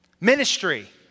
Ministry